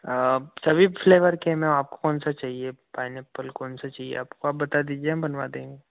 सभी फ्लेवर के हैं मैम आपको कौन सा चाहिए पाइनेपल कौन सा चाहिए आप बता दीजिए हम बनवा देंगे